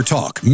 Talk